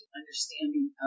understanding